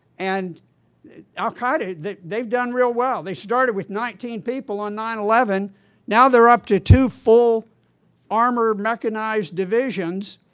and al-qaeda, they've done real well. they started with nineteen people on nine eleven now they're up to two, full armored, mechanized divisions,